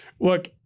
Look